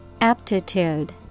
Aptitude